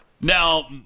Now